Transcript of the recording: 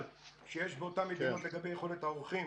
שיש באותן מדינות לגבי יכולת האורחים